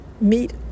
meet